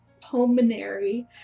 pulmonary